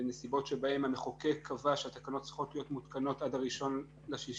בנסיבות שבהן המחוקק קבע שהתקנות צריכות להיות מותקנות עד 1.6.2017,